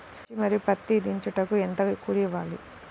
మిర్చి మరియు పత్తి దించుటకు ఎంత కూలి ఇవ్వాలి?